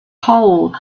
hole